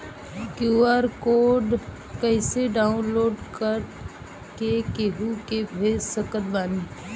QR code कइसे download कर के केहु के भेज सकत बानी?